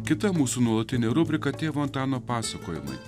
kita mūsų nuolatinė rubrika tėvo antano pasakojimai